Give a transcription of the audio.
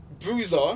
Bruiser